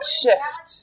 shift